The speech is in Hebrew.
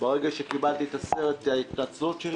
מדובר בעשרות אלפי תלמידים שמידי יום מוסעים